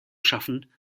schaffen